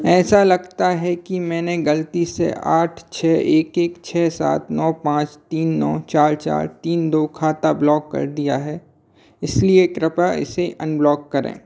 ऐसा लगता है कि मैंने गलती से आठ छ एक एक छ सात नौ पाँच तीन नौ चार चार तीन दो खाता ब्लॉक कर दिया है इसलिए कृपया इसे अनब्लॉक करें